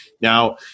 Now